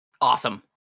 Awesome